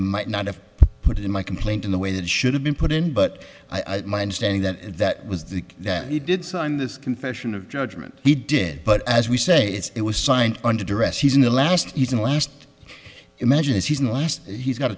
might not have put it in my complaint in the way that should have been put in but i had my understanding that that was the that he did sign this confession of judgment he did but as we say it was signed under duress he's in the last season last imagines he's in last he's got